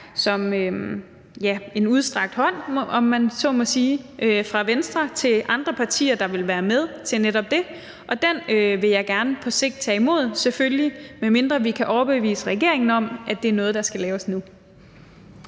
som en udstrakt hånd – om man så må sige – fra Venstre til andre partier, der vil være med til netop det, og den vil jeg selvfølgelig gerne tage imod på lang sigt, medmindre vi kan overbevise regeringen om, at det er noget, der skal laves nu.